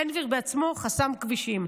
בן גביר בעצמו חסם כבישים.